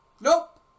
Nope